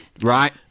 right